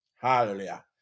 Hallelujah